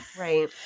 Right